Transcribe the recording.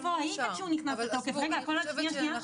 מאה אחוז אנחנו מקבלים את זה ולכן כתבתם את זה שהזכאות תינתן למי,